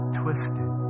twisted